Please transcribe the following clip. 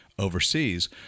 Overseas